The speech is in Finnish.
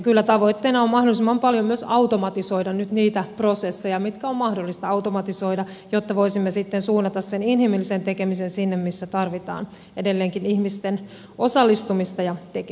kyllä tavoitteena on mahdollisimman paljon myös automatisoida nyt niitä prosesseja mitkä on mahdollista automatisoida jotta voisimme sitten suunnata sen inhimillisen tekemisen sinne missä tarvitaan edelleenkin ihmisten osallistumista ja tekemistä